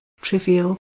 trivial